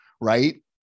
right